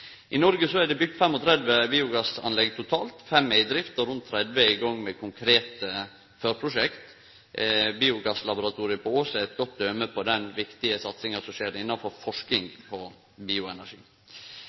I Noreg er det bygd 35 biogassanlegg totalt. Fem er i drift, og rundt 30 er i gang med konkrete forprosjekt. Biogasslaboratoriet på Ås er eit godt døme på den viktige satsinga som har skjedd innafor forsking